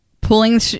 pulling